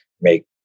make